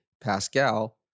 Pascal